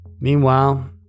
Meanwhile